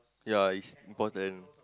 yea is important